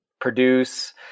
produce